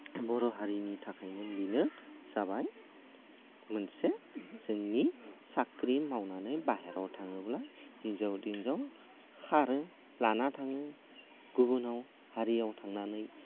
बर' हारिनि थाखायनो बियो जाबाय मोनसे जोंनि साख्रि मावनानै बाहेराव थाङोब्ला हिनजाव तिनजाव खारो लाना थाङो गुबुनाव आरियाव थांनानै